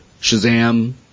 Shazam